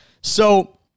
So-